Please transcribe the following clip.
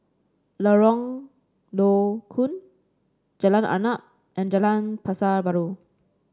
Lorong Low Koon Jalan Arnap and Jalan Pasar Baru